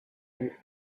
del